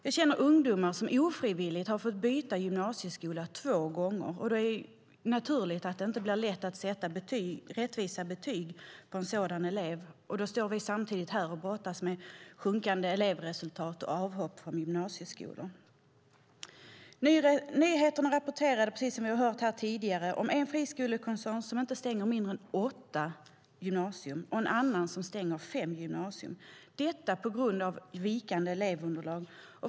Jag känner ungdomar som ofrivilligt har fått byta gymnasieskola två gånger. Det är naturligt att det inte blir lätt att sätta rättvisa betyg för en sådan elev. Och då står vi samtidigt här och brottas med sjunkande elevresultat och avhopp från gymnasieskolor. Nyheterna rapporterade, precis som vi har hört här tidigare, om en friskolekoncern som stänger inte mindre än åtta gymnasier och en annan som stänger fem gymnasier, detta på grund av vikande elevunderlag.